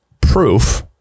proof